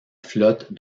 flotte